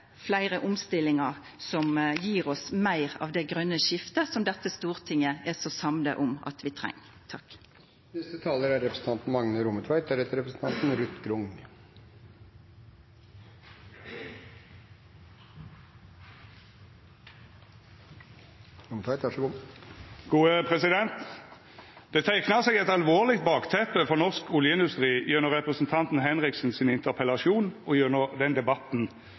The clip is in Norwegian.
fleire omstillingar som gjev oss meir av det grøne skiftet som Stortinget er så samd om at vi treng. Det teiknar seg eit alvorleg bakteppe for norsk oljeindustri gjennom representanten Henriksen sin interpellasjon og gjennom debatten